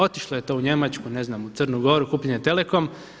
Otišlo je to u Njemačku, ne znam, u Crnu Goru, kupljen je Telekom.